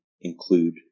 include